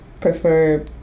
prefer